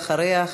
ואחריה,